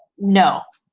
no.